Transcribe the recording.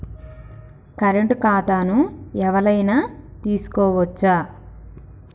Current ఖాతాను ఎవలైనా తీసుకోవచ్చా?